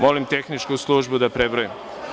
Molim tehničku službu da prebroji.